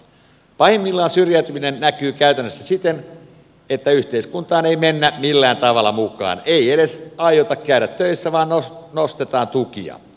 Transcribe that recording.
pahimmillaan syrjäytyminen näkyy käytännössä siten että yhteiskuntaan ei mennä millään tavalla mukaan ei edes aiota käydä töissä vaan nostetaan tukia